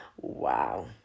Wow